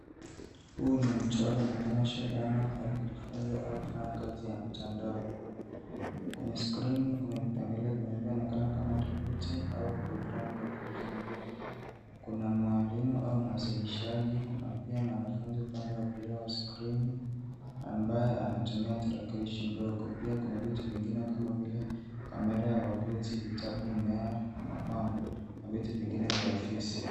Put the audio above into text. Huu ni mchoro unaoonyesha dhana ya kujifunza au kufanya kazi ya mtandao. Kweye skrini kuna vipengele vinavyoonekana kama tuvuti au programu za kujifunzia. Kuna mwalimu au mwasilishaji kuna pia mwanafunzi upande wa kulia wa skrini ambaye anatumia tarakilishi ndogo. Pia kuna vitu vingine kama vile kamera ya wavuti na mmea wa mapambo na vitu vingine vya ofisi.